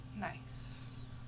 Nice